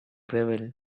gravel